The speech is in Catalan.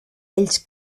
ells